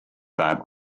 that